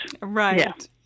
Right